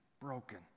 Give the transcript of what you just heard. broken